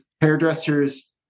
hairdressers